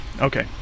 Okay